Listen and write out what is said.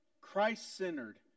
Christ-centered